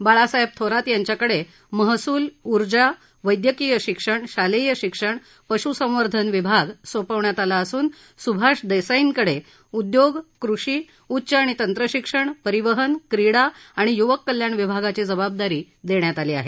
बाळासाहेब थोरात यांच्याकडे महसूल ऊर्जा वैद्यकीय शिक्षण शालेय शिक्षण पश्संवर्धन विभाग सोपवण्यात आला असून सुभाष देसाईकडे उद्योग कृषी उच्च आणि तंत्रशिक्षण परिवहन क्रीडा आणि य्वक कल्याण विभागाची जबाबदारी देण्यात आली आहे